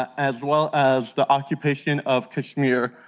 as well as the occupation of kashmir,